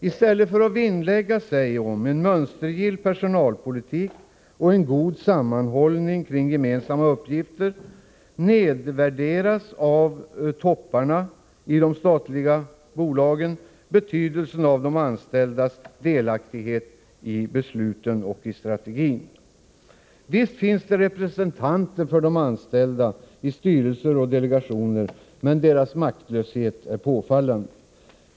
I stället för att vinnlägga sig om en mönstergill personalpolitik och en god sammanhållning kring gemensamma uppgifter, nedvärderar ”topparna” i de statliga bolagen betydelsen av de anställdas delaktighet i besluten om strategin. Visst finns det representanter för de anställda i styrelser och delegationer, men deras maktlöshet är påfallande.